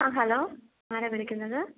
ആ ഹലോ ആരാ വിളിക്കുന്നത്